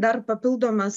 dar papildomas